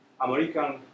American